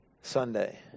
Sunday